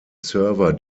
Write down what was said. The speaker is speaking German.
server